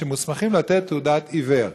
שמוסמכים לתת תעודת עיוור,